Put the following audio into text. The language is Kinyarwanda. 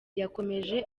yakomeje